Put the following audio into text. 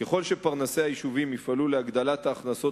ככל שפרנסי היישובים יפעלו להגדלת ההכנסות